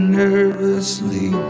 nervously